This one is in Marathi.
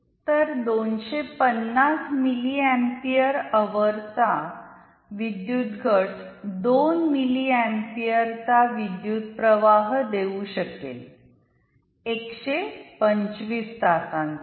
तर २५० मिलीअँपीयर अवरचा विद्युत घट 2 मिली अॅम्पिअर चा विद्युतप्रवाह देउ शकेल १२५ तासानसाठी